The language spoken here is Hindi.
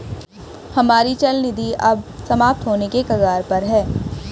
हमारी चल निधि अब समाप्त होने के कगार पर है